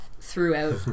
throughout